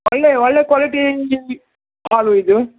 ಒಳ್ಳೆ ಒಳ್ಳೆ ಕ್ವಾಲಿಟಿಯಲ್ಲಿ ಆಲೂ ಇದೆ